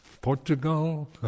Portugal